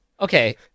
Okay